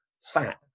fat